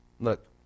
Look